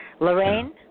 Lorraine